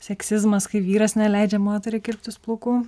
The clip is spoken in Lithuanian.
seksizmas kai vyras neleidžia moteriai kirptis plaukų